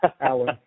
Alan